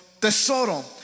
tesoro